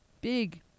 big